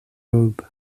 robe